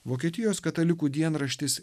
vokietijos katalikų dienraštis